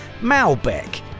Malbec